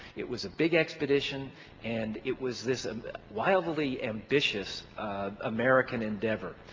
it was a big expedition and it was this wildly ambitious american endeavor.